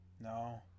No